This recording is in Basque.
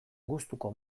gustuko